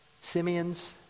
Simeon's